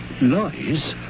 Lies